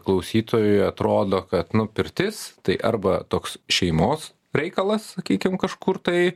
klausytojui atrodo kad nu pirtis tai arba toks šeimos reikalas sakykim kažkur tai